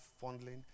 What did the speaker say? fondling